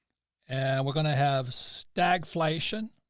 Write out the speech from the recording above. and we're going to have stagflation,